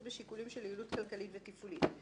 בשיקולים של יעילות כלכלית ותפעולית".